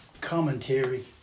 commentary